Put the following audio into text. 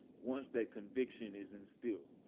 once that conviction is instilled,